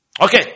Okay